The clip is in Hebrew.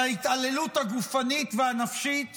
על ההתעללות הגופנית והנפשית